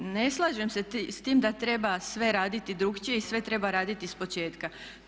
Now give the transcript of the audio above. Ne slažem se s tim da treba sve raditi drukčije i sve treba raditi ispočetka.